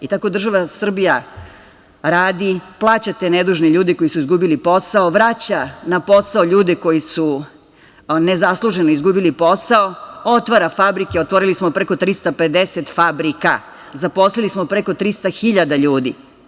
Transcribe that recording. I tako država Srbija radi, plaća te nedužne ljude koji su izgubili posao, vraća na posao ljude koji su nezasluženo izgubili posao, otvara fabrike, otvorili smo preko 350 fabrika, zaposlili smo preko 300.000 ljudi.